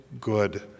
good